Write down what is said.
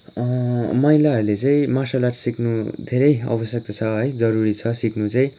महिलाहरू चाहिँ martial arts सिक्नु धेरै आवश्यकता छ जरूरी छ सिक्नु चाहिँ